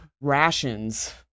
rations